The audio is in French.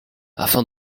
afin